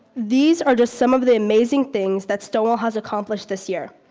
these are just some of the amazing things that stonewall has accomplished this year.